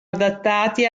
adattati